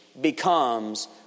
becomes